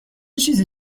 چیزی